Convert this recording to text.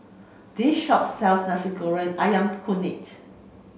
this shop sells Nasi Goreng Ayam Kunyit